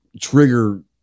trigger